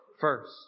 first